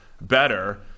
better